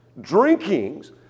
drinkings